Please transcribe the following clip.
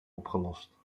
opgelost